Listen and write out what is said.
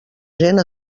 gent